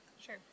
Sure